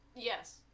yes